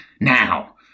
Now